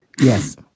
Yes